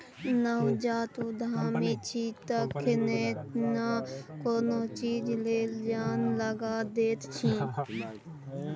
नवजात उद्यमी छी तखने न कोनो चीज लेल जान लगा दैत छी